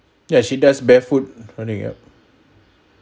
ya she does barefoot